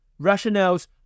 rationales